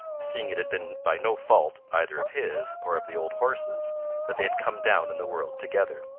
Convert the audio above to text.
seeing it had been by no fault either of his or of the old horse's that they had come down in the world together.